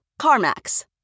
CarMax